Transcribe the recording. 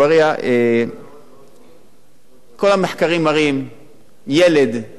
כל המחקרים מראים שילד שבגיל מוקדם לא קיבל תזונה נכונה,